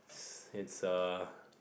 it's a